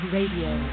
Radio